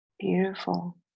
Beautiful